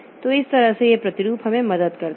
तो इस तरह से यह प्रतिरूप हमें मदद करता है